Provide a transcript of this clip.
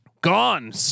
gone